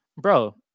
bro